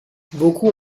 beaucoup